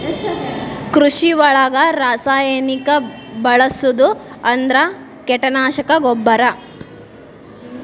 ಕೃಷಿ ಒಳಗ ರಾಸಾಯನಿಕಾ ಬಳಸುದ ಅಂದ್ರ ಕೇಟನಾಶಕಾ, ಗೊಬ್ಬರಾ